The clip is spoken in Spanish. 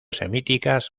semíticas